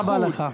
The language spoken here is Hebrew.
תודה רבה לך.